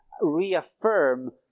reaffirm